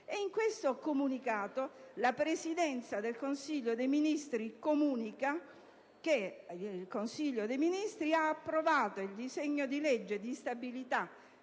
In quel comunicato, la Presidenza del Consiglio dei ministri fa sapere che il Consiglio dei ministri ha approvato il disegno di legge di stabilità